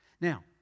Now